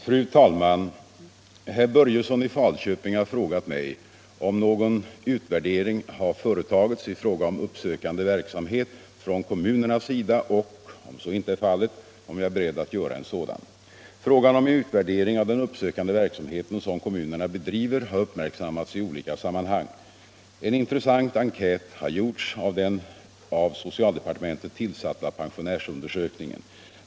Fru talman! Herr Börjesson i Falköping har frågat mig om någon utvärdering har företagits i fråga om uppsökande verksamhet från kommunernas sida och, om så inte är fallet, om jag är beredd att göra en sådan. Frågan om en utvärdering av den uppsökande verksamhet som kommunerna bedriver har uppmärksammats i olika sammanhang. En intressant enkät har gjorts av den av socialdepartementet tillsatta pensionärsundersökningen.